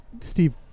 Steve